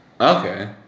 Okay